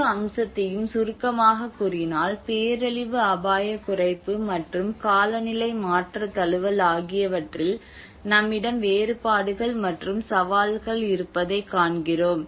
முழு அம்சத்தையும் சுருக்கமாகக் கூறினால் பேரழிவு அபாயக் குறைப்பு மற்றும் காலநிலை மாற்ற தழுவல் ஆகியவற்றில் நம்மிடம் வேறுபாடுகள் மற்றும் சவால்கள் இருப்பதைக் காண்கிறோம்